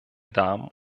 damen